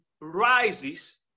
rises